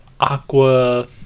aqua